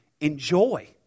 enjoy